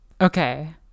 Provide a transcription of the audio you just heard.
Okay